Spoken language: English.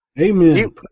Amen